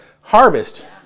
harvest